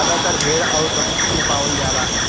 जादातर भेड़ आउर बकरी से पावल जाला